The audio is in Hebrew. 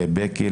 לבקי,